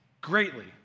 greatly